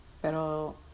Pero